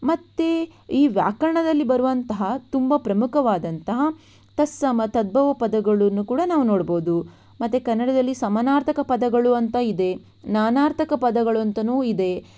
ಮತ್ತು ಈ ವ್ಯಾಕರಣದಲ್ಲಿ ಬರುವಂತಹ ತುಂಬ ಪ್ರಮುಖವಾದಂತಹ ತತ್ಸಮ ತದ್ಬವ ಪದಗಳನ್ನು ಕೂಡ ನಾವು ನೋಡಬಹುದು ಮತ್ತು ಕನ್ನಡದಲ್ಲಿ ಸಮಾನಾರ್ಥಕ ಪದಗಳು ಅಂತ ಇದೆ ನಾನಾರ್ಥಕ ಪದಗಳು ಅಂತಲೂ ಇದೆ